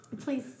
please